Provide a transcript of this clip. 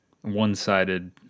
one-sided